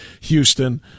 Houston